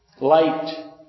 Light